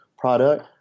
product